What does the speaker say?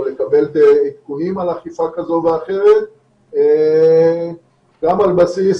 או לקבל עדכונים על אכיפה כזו ואחרת גם על בסיס